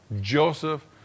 Joseph